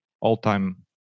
all-time